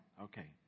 Okay